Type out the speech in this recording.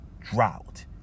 drought